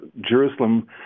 Jerusalem